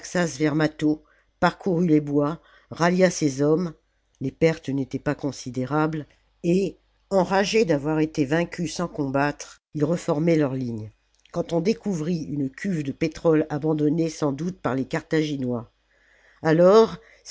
mâtho parcourut les bois rallia ses hommes les pertes n'étaient pas considérables et enragés d'avoir été vaincus sans combattre ils reformaient leurs lignes quand on découvrit une cuve de pétrole abandonnée sans doute par les carthaginois alors